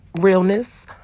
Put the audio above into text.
realness